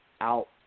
out